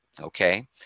Okay